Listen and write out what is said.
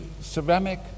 ceramic